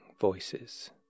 Voices